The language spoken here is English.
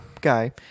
guy